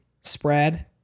spread